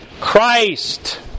Christ